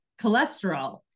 cholesterol